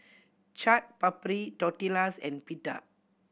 Chaat Papri Tortillas and Pita